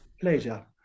pleasure